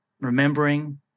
remembering